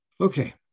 Okay